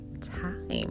time